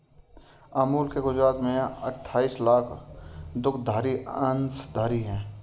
अमूल के गुजरात में अठाईस लाख दुग्धधारी अंशधारी है